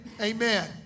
amen